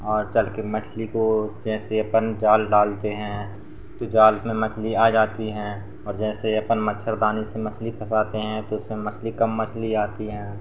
और चलकर मछली को जैसे अपन जाल डालते हैं तो जाल में मछली आ जाती हैं और जैसे अपन मच्छरदानी से मछली फँसाते हैं तो उसमें मछली कम मछली आती है